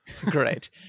great